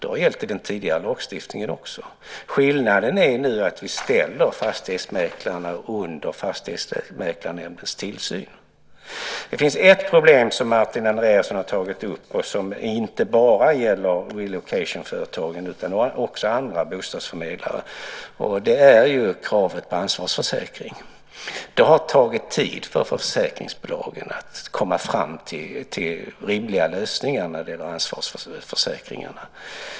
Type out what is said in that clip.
Det har gällt i den tidigare lagstiftningen också. Skillnaden är nu att vi ställer fastighetsmäklarna under Fastighetsmäklarnämndens tillsyn. Det finns ett problem som Martin Andreasson har tagit upp, som inte bara gäller relocation företagen utan också andra bostadsförmedlare. Det är kravet på ansvarsförsäkring. Det har tagit tid för försäkringsbolagen att komma fram till rimliga lösningar när det gäller ansvarsförsäkringarna.